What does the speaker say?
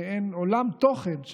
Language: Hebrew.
מעין עולם תוכן,